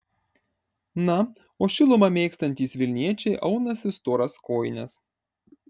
na o šilumą mėgstantys vilniečiai aunasi storas kojines